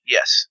Yes